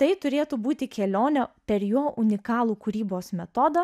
tai turėtų būti kelionė per jo unikalų kūrybos metodą